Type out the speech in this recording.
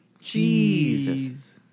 Jesus